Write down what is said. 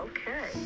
Okay